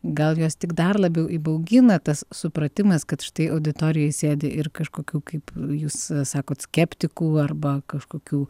gal jos tik dar labiau įbaugina tas supratimas kad štai auditorijoj sėdi ir kažkokių kaip jūs sakot skeptikų arba kažkokių